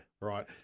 Right